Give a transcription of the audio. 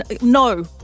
No